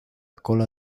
cola